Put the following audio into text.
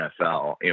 NFL